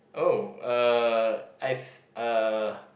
oh uh as a